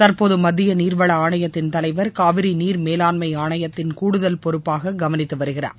தற்போது மத்திய நீர்வள ஆணையத்தின் தலைவர் காவிரி நீர் மேலாண்மை ஆணையத்தின் கூடுதல் பொறுப்பாக கவனித்து வருகிறார்